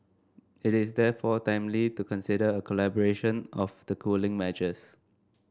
it is therefore timely to consider a calibration of the cooling measures